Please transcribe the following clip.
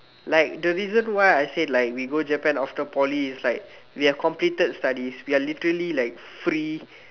like the reason why I say like we go Japan after Poly is like we have completed studies we are literally like free